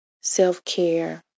self-care